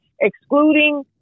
Excluding